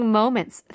moments